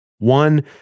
One